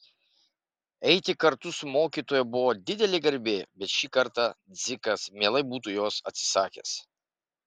eiti kartu su mokytoja buvo didelė garbė bet šį kartą dzikas mielai būtų jos atsisakęs